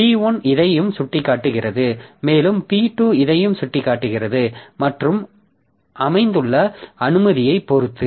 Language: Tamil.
P1 இதையும் சுட்டிக்காட்டுகிறது மேலும் P2 இதையும் சுட்டிக்காட்டுகிறது மற்றும் அமைத்துள்ள அனுமதியைப் பொறுத்து